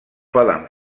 poden